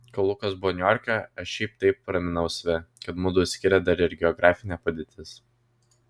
kol lukas buvo niujorke aš šiaip taip raminau save kad mudu skiria dar ir geografinė padėtis